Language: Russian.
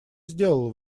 сделал